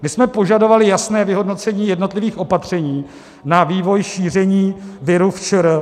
My jsme požadovali jasné vyhodnocení jednotlivých opatření na vývoj šíření viru v ČR.